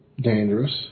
dangerous